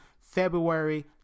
February